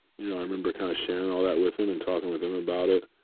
you know i remember kind of sharing all that with him and talking with him about it.